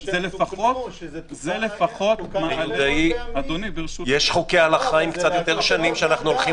זה לפחות מעלה סימן